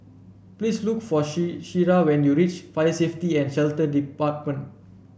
please look for Shira when you reach Fire Safety and Shelter Department